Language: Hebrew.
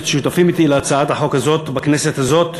השותפים אתי להצעת החוק הזאת בכנסת הזאת.